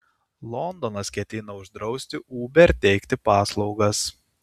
londonas ketina uždrausti uber teikti paslaugas